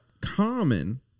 common